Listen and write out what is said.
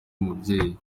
umubyeyi